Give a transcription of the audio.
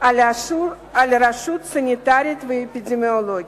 על רשות סניטרית ואפידמיולוגית.